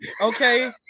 okay